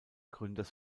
gründers